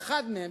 באחד מהם,